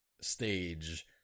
stage